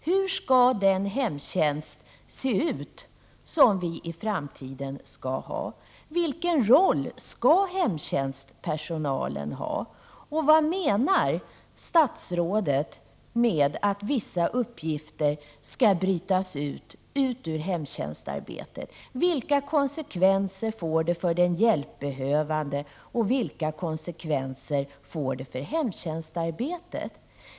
Hur skall den hemtjänst se ut som vii framtiden skall ha? Vilken roll skall hemtjänstpersonalen ha? Och vad menar statsrådet med att vissa uppgifter skall brytas ut ur hemtjänstarbetet? Vilka konsekvenser får det för den hjälpbehövande och för hemtjänstarbetet?